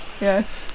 Yes